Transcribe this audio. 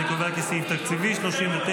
אני קובע כי סעיף תקציב 39,